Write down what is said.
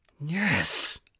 Yes